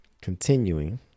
continuing